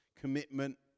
commitment